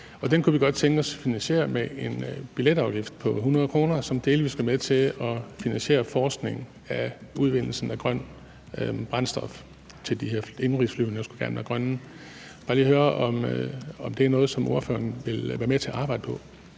den kunne vi godt tænke os var finansieret med en billetafgift på 100 kr., som delvis skal være med til at finansiere forskning i udvinding af grønt brændstof til de her indenrigsflyvninger, der gerne skulle være grønne. Jeg vil bare lige høre, om det er noget, som ordføreren vil være med til at arbejde for.